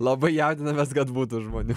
labai jaudinamės kad būtų žmonių